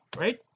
right